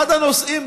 אחד הנושאים,